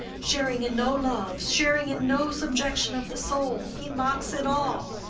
sharing in no loves, sharing in no subjection of the soul, he mocks it all.